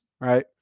right